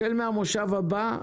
החל מהמושב הבא,